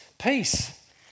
Peace